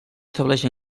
estableix